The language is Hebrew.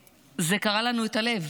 זה קרע לנו את הלב.